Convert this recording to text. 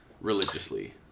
religiously